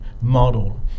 model